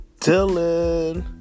Dylan